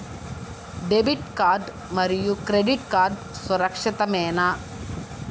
Debit card మరియు credit card సురక్షితమేనా?